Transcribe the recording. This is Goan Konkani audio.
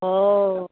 हो